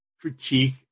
critique